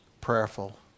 prayerful